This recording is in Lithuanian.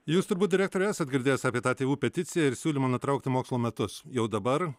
jūs turbūt direktoriau esat girdėjęs apie tą tėvų peticiją ir siūlymą nutraukti mokslo metus jau dabar